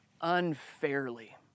unfairly